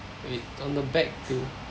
wait on the back too